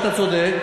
אתה צודק,